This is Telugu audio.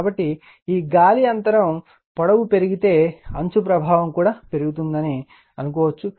కాబట్టి ఈ గాలి అంతరం పొడవు పెరిగితే అంచు ప్రభావం కూడా పెరుగుతుందని పరిగణించవచ్చు